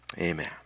Amen